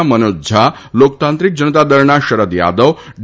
ના મનોજ ઝા લોકતાંત્રિક જનતાદળના શરદ યાદવ ડી